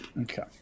Okay